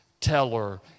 teller